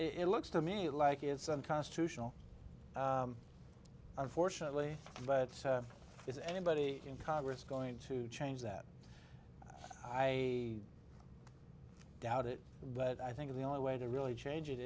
it looks to me like it's unconstitutional unfortunately but is anybody in congress going to change that i i doubt it but i think the only way to really change it